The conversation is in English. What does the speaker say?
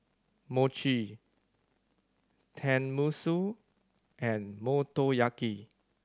Mochi Tenmusu and Motoyaki